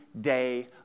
day